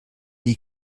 die